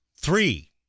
Three